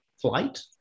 flight